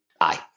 Aye